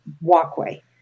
walkway